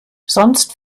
sonst